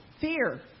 fear